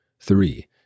Three